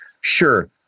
Sure